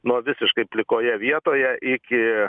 nuo visiškai plikoje vietoje iki